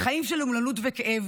חיים של אומללות וכאב,